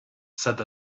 said